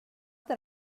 that